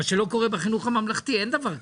מה שלא קורה בחינוך הממלכתי, אין דבר כזה,